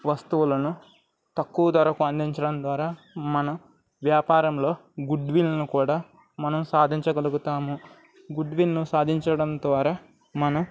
వస్తువులను తక్కువ ధరకు అందించడం ద్వారా మన వ్యాపారంలో గుడ్విల్ను కూడా మనం సాధించగలుగుతాము గుడ్విల్ను సాధించడం ద్వారా మనం